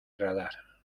radar